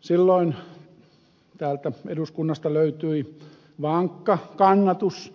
silloin täältä eduskunnasta löytyi vankka kannatus